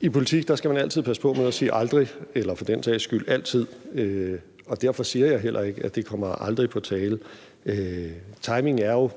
I politik skal man altid passe på med at sige »aldrig« eller for den sags skyld »altid«, og derfor siger jeg heller ikke, at det aldrig kommer på tale. Timingen er jo